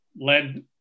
led